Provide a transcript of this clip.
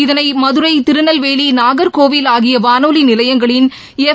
இதனை மதுரை திருநெல்வேலி நாகர்கோவில் ஆகிய வானொலி நிலையங்களின் எஃப்